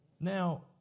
Now